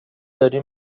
داری